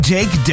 Jake